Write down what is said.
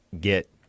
get